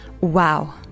WOW